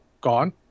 gone